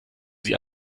sie